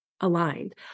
aligned